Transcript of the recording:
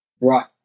Right